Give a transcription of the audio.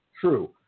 True